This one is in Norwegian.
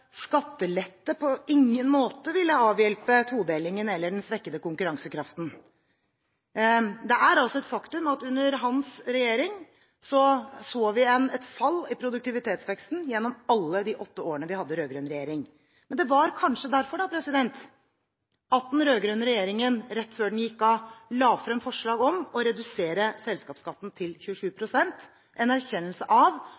skattelette på ingen måte ville avhjelpe todelingen eller den svekkede konkurransekraften. Det er et faktum at under hans regjering så vi et fall i produktivitetsveksten – altså gjennom alle de åtte årene vi hadde rød-grønn regjering. Det var kanskje derfor den rød-grønne regjeringen, rett før den gikk av, la frem forslag om å redusere selskapsskatten til 27 pst. – en erkjennelse av